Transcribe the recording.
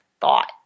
thought